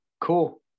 Cool